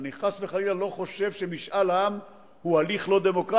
אני חס וחלילה לא חושב שמשאל עם הוא הליך לא דמוקרטי.